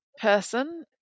person